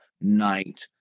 night